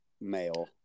male